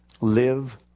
live